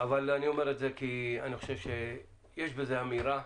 אני אומר את זה כי אני חושב שיש בזה אמירה,